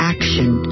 Action